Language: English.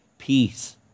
Peace